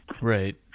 Right